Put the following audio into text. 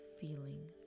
feeling